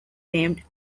named